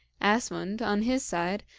asmund, on his side,